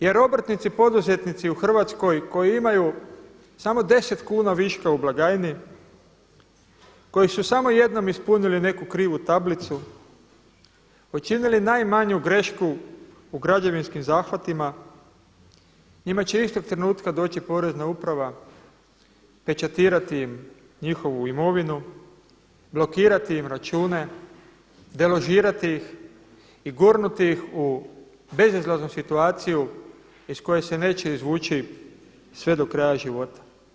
Jer obrtnici poduzetnici u Hrvatskoj koji imaju samo 10 kuna viška u blagajni, koji su samo jednom ispunili neku krivu tablicu, učinili najmanju grešku u građevinskim zahvatima njima će istog trenutka doći porezna uprava, pečatirati im njihovu imovinu, blokirati im račune, deložirati ih i gurnuti ih u bezizlaznu situaciju iz koje se neće izvući sve do kraja života.